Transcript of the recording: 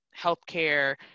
healthcare